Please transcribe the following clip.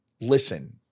listen